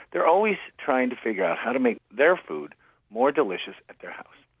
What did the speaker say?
they're always trying to figure out how to make their food more delicious at their house.